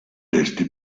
testi